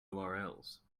urls